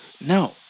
No